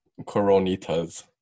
Coronitas